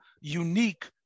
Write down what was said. unique